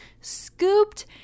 scooped